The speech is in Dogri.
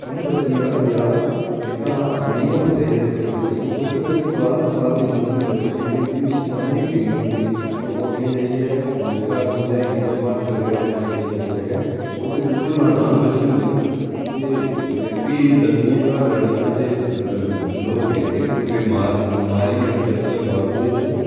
उ'नें बच्चेआं दा ब्याह् जेह्का नेईं होना चाहिदा छोटी बच्चियें दा छोटी बच्ची बारां साल दी उमर दी बच्ची जेह्ड़ी होंदी उसी समझ गै किन्नी होंदी कि ओह् अग्गें जाइयै घर समझाई संभाली सकै जां किश करी सकै ओह् ते बिल्कुल नादान बच्ची होंदी ना ते भी लगदियां घर लड़ाइयां ते लोग इक दूए ई मारियै उ'नें बच्चियें ई मारी ओड़दे